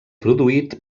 produït